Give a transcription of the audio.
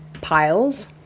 PILES